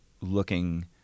looking